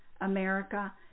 America